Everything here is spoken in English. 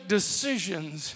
decisions